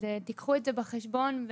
תיקחו את זה בחשבון.